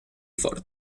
fort